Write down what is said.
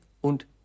und